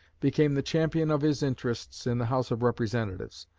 became the champion of his interests in the house of representatives.